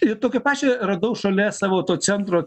ir tokią pačią radau šalia savo to centro